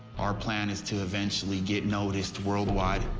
our plan is to eventually get noticed world wide.